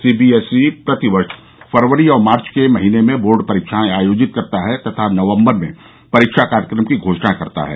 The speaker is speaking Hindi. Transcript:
सीबीएसई प्रति वर्ष फरवरी और मार्च के महीने में बोर्ड परीक्षाएं आयोजित करता है तथा नवंबर में परीक्षा कार्यक्रम की घोषणा करता है